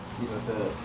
it was a